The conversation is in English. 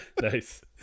nice